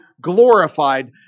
glorified